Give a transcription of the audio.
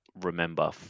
remember